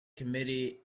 committee